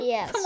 Yes।